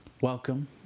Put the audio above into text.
Welcome